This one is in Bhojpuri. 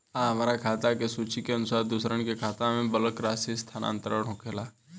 आ हमरा खाता से सूची के अनुसार दूसरन के खाता में बल्क राशि स्थानान्तर होखेला?